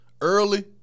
early